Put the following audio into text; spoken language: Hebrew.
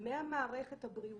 מהמערכת הבריאותית.